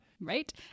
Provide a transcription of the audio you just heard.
Right